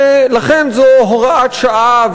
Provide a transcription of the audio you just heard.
ולכן זו הוראת שעה,